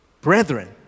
brethren